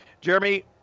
Jeremy